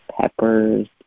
Peppers